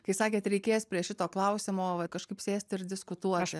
kai sakėt reikės prie šito klausimo va kažkaip sėsti ir diskutuoti